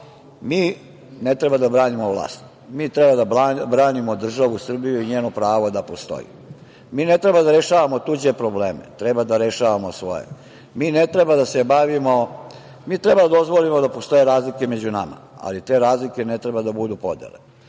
mi ne treba da branimo vlast, mi treba da branimo državu Srbiju i njeno pravo da postoji. Mi ne treba da rešavamo tuđe probleme, treba da rešavamo svoje. Mi treba da dozvolimo da postoje razlike među nama, ali te razlike ne treba da budu podele.